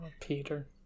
Peter